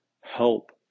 help